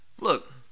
look